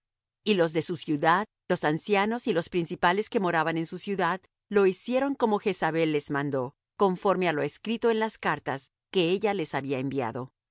y los de su ciudad los ancianos y los principales que moraban en su ciudad lo hicieron como jezabel les mandó conforme á lo escrito en las cartas que ella les había enviado